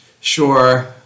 Sure